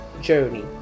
journey